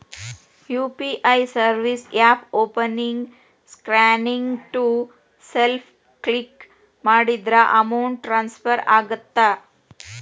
UPI service ಆಪ್ನ್ಯಾಓಪನಿಂಗ್ ಸ್ಕ್ರೇನ್ನ್ಯಾಗ to self click ಮಾಡಿದ್ರ ಅಮೌಂಟ್ ಟ್ರಾನ್ಸ್ಫರ್ ಆಗತ್ತ